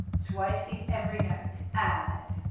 twice with every note and